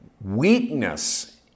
weakness